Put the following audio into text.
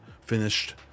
finished